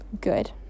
good